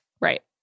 Right